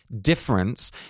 difference